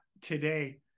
today